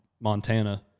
Montana